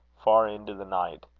far into the night.